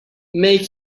make